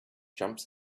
jumps